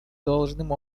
должным